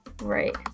Right